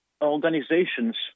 organizations